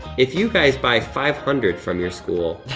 if you guys buy five hundred from your school,